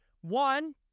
One